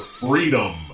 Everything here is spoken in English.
freedom